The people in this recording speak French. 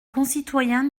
concitoyens